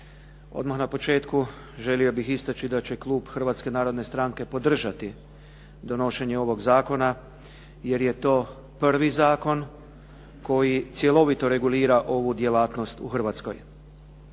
Odmah na početku želio bih istači da će klub Hrvatske narodne stranke podržati donošenje ovoga zakona je to prvi zakon koji cjelovito regulira ovu djelatnost u Hrvatskoj.